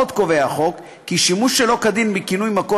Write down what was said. עוד קובע החוק כי שימוש שלא כדין בכינוי מקור